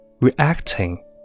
reacting